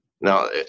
Now